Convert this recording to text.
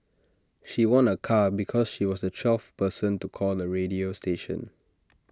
she won A car because she was the twelfth person to call the radio station